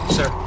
Sir